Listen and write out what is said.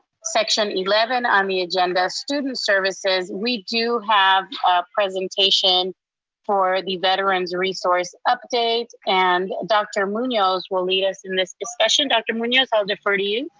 section eleven on the agenda, student services, we do have a presentation for the veterans resource update and dr. munoz will lead us in this discussion dr. munoz, i'll defer to you.